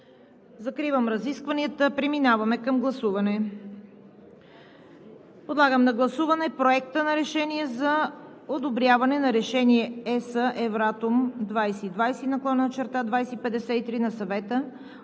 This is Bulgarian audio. Закривам разискванията и преминаваме към гласуване. Подлагам на гласуване Проекта на решене за одобряване на Решение (ЕС, Евратом) 2020/2053 на Съвета